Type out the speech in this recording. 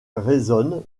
résonne